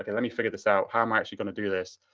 ah let me figure this out, how am i actually gonna do this?